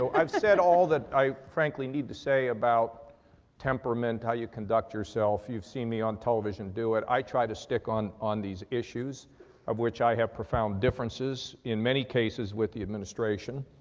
so i've said all that i frankly need to say about temperament, how you conduct yourself, you've seen me on television do it. i try to stick on, on these issues of which i have profound differences in many cases with the administration.